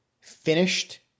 finished